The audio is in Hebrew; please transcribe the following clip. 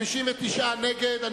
59 נגד,